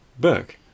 Book